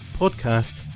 podcast